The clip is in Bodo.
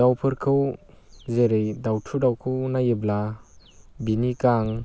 दाउफोरखौ जेरै दावथु दाउखौ नायोब्ला बिनि गां